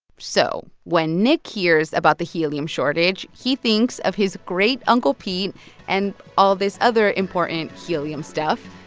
so when nick hears about the helium shortage, he thinks of his great-uncle pete and all this other important helium stuff.